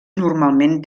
normalment